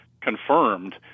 confirmed